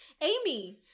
Amy